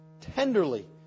tenderly